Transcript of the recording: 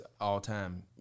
all-time